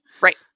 Right